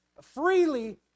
freely